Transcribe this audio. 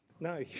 No